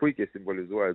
puikiai simbolizuoja